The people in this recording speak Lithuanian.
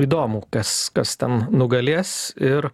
įdomu kas kas ten nugalės ir